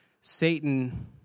Satan